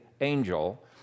angel